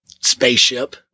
Spaceship